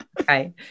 Okay